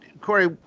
Corey